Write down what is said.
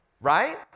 right